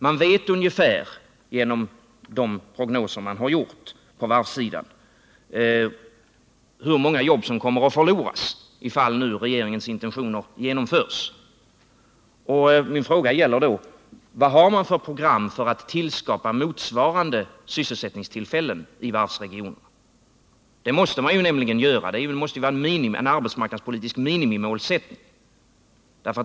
Vi vet ju — genom de prognoser som gjorts på varvssidan — ungefär hur många jobb som kommer att förloras ifall regeringens intentioner förverkligas. Min fråga är då: Vad har man för program för att skapa motsvarande antal sysselsättningstillfällen i varvsregionerna? Detta måste man nämligen göra — det måste vara en arbetsmarknadspolitisk minimimålsättning.